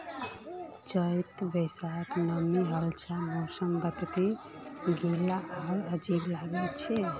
जत्ते बेसी नमीं हछे मौसम वत्ते गीला आर अजब लागछे